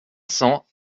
cents